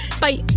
bye